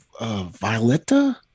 Violetta